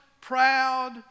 proud